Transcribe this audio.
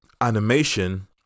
animation